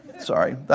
Sorry